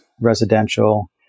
residential